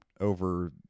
over